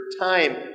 time